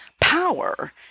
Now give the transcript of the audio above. power